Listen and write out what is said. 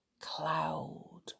cloud